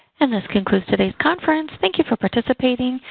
and this concludes today's conference. thank you for participating.